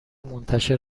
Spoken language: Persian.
منتشر